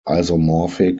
isomorphic